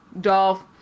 Dolph